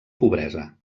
pobresa